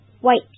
White